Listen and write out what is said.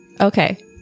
Okay